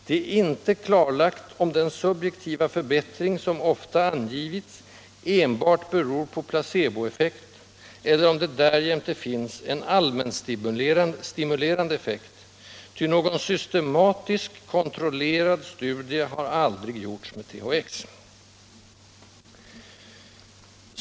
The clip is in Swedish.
Det är inte klarlagt om den subjektiva förbättring som ofta angivits enbart beror på placeboeffekt eller om det därjämte finns en allmänstimulerande effekt, ty någon systematisk, kontrollerad studie har aldrig gjorts med THX.